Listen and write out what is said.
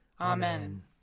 Amen